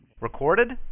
Recorded